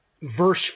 verse